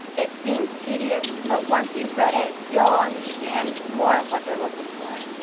it seems tedious, but once you've read it, you'll understand more of what they're looking for.